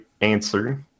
answer